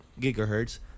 gigahertz